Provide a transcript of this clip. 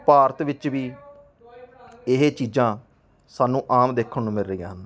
ਭਾਰਤ ਵਿੱਚ ਵੀ ਇਹ ਚੀਜ਼ਾਂ ਸਾਨੂੰ ਆਮ ਦੇਖਣ ਨੂੰ ਮਿਲ ਰਹੀਆਂ ਹਨ